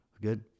Good